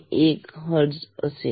001 hertz असेल